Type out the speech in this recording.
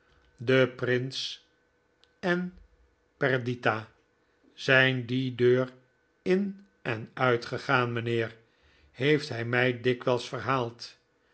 de prins en perdita zijn die deur in en uitgegaan mijnheer heeft hij mij dikwijls verhaald